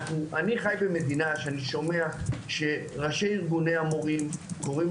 אני חי במדינה שאני שומע שראשי ארגוני המורים קוראים